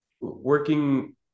working